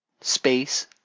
space